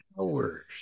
hours